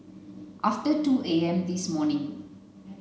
after two A M this morning